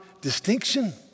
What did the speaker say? distinction